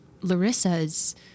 Larissa's